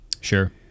Sure